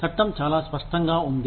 చట్టం చాలా స్పష్టంగా ఉంది